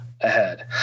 ahead